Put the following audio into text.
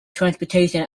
transportation